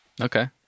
Okay